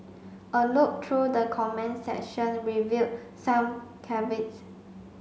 a look through the comments section revealed some caveats